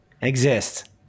Exist